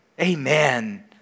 Amen